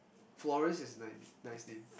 Florence is ni~ nice name